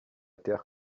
terre